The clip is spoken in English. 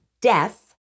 death